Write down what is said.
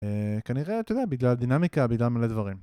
כנראה, אתה יודע, בגלל דינמיקה, בגלל מלא דברים